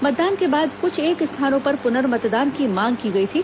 मतदान के बाद कुछ एक स्थानों पर पुनर्मतदान की मांग की गई थी